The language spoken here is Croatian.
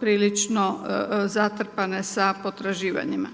prilično zatrpane sa potraživanjima.